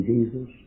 Jesus